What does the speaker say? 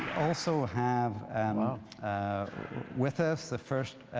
also have and with us the first